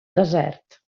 desert